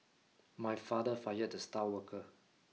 my father fired the star worker